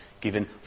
given